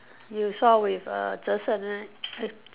you saw with err Zhe Shen right